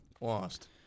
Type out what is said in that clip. lost